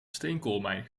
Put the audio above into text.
steenkoolmijn